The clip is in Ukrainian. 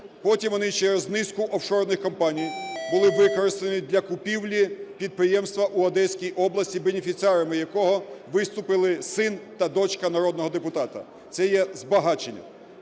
Потім вони через низку офшорних компаній були використані для купівлі підприємства у Одеській області, бенефіціарами якого виступили син та дочка народного депутата. Це є збагачення.